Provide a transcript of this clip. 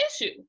issue